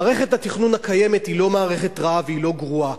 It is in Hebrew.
מערכת התכנון הקיימת היא לא מערכת רעה והיא לא גרועה,